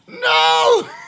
No